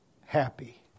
happy